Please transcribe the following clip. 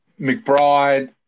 McBride